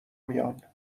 میان